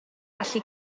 allu